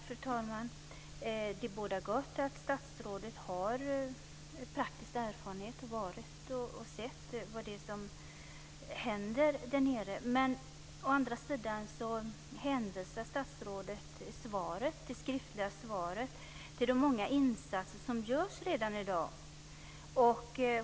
Fru talman! Det bådar gott att statsrådet har praktisk erfarenhet och har sett vad som händer där nere. Å andra sidan hänvisar statsrådet i det skriftliga svaret till de många insatser som görs redan i dag.